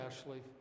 Ashley